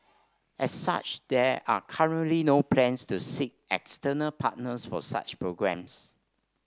as such there are currently no plans to seek external partners for such programmes